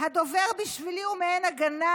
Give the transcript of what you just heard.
הדובר בשבילי הוא מעין הגנה,